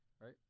Right